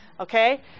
Okay